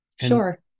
sure